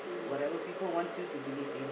whatever people wants you to believe in